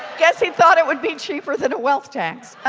guess he thought it would be cheaper than a wealth tax